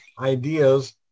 ideas